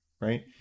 right